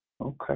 Okay